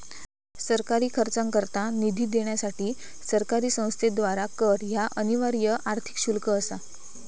सरकारी खर्चाकरता निधी देण्यासाठी सरकारी संस्थेद्वारा कर ह्या अनिवार्य आर्थिक शुल्क असा